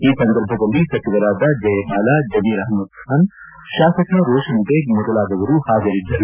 ಈ ಸಂದರ್ಭದಲ್ಲಿ ಸಚಿವರಾದ ಜಯಮಾಲ ಜಮೀರ್ ಅಹಮದ್ ಖಾನ್ ಶಾಸಕ ರೋಷನ್ ಬೇಗ್ ಮೊದಲಾದವರು ಹಾಜರಿದ್ದರು